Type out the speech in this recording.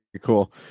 cool